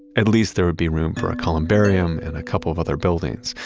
at least there would be room for a columbarium and a couple of other buildings.